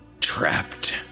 trapped